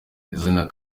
izina